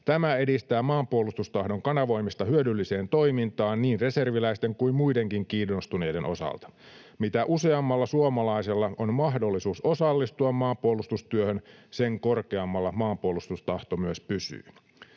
Tämä edistää maanpuolustustahdon kanavoimista hyödylliseen toimintaan niin reserviläisten kuin muidenkin kiinnostuneiden osalta. Mitä useammalla suomalaisella on mahdollisuus osallistua maanpuolustustyöhön, sen korkeammalla maanpuolustustahto myös pysyy.